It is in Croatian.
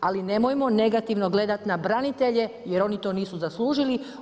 Ali nemojmo negativno gledati na branitelje, jer oni to nisu zaslužili.